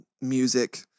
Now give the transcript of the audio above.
music